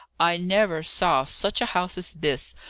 i never saw such a house as this!